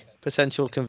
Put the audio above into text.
potential